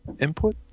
input